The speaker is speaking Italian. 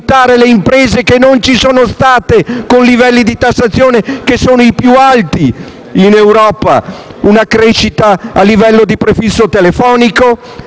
le imprese che non ci sono state, con livelli di tassazione che sono i più alti di Europa; alla crescita a livello di prefisso telefonico